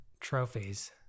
trophies